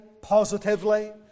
positively